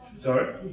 Sorry